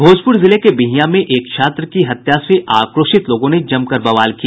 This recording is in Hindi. भोजपुर जिले के बिहियां में एक छात्र की हत्या से आक्रोशित लोगों ने जमकर बवाल किया